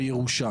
בירושה.